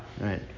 right